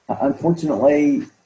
Unfortunately